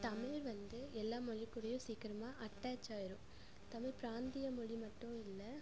தமிழ் வந்து எல்லா மொழிக்கூடயும் சீக்கிரமாக அட்டாச் ஆயிடும் தமிழ் பிராந்திய மொழி மட்டும் இல்லை